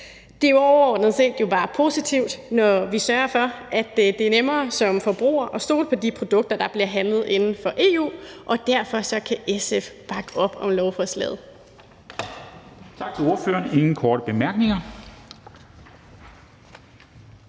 Det er overordnet set bare positivt, når vi sørger for, at det som forbruger er nemmere at stole på de produkter, der bliver handlet inden for EU, og derfor kan SF bakke op om lovforslaget.